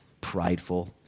prideful